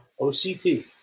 OCT